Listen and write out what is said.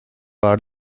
are